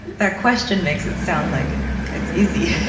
that question makes it sound like it's easy.